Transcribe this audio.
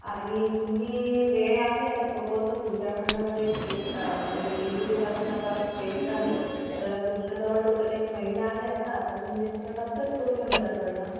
आणि तुम्ही वेळ आहे आता सपोज तर पुढच्या महिन्यामधे एक टेस्ट म्हणजे एक जुलैपासून आता टेस्ट आहे तर तुमच्याजवळ टोटल एक महिना आहे आत्ता तर तुम्ही त्यांच्याकडनं अभ्यास करून घ्या मुलांकडनं